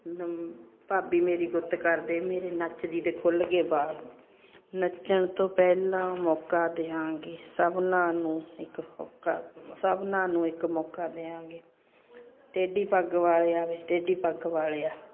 ਭਾਬੀ ਮੇਰੀ ਗੁੱਤ ਕਰਦੇ ਮੇਰੇ ਨੱਚਦੀ ਦੇ ਖੁੱਲ੍ਹ ਗਏ ਵਾਲ ਨੱਚਣ ਤੋਂ ਪਹਿਲਾਂ ਮੌਕਾ ਦਿਆਂਗੇ ਸਭਨਾ ਨੂੰ ਇੱਕ ਹੋਕਾ ਸਭਨਾ ਨੂੰ ਇੱਕ ਮੌਕਾ ਦਿਆਂਗੇ ਟੇਢੀ ਪੱਗ ਵਾਲਿਆਂ ਵੇ ਟੇਢੀ ਪੱਗ ਵਾਲਿਆਂ